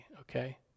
okay